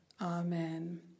Amen